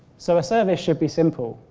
so, a service should be simple.